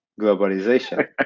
globalization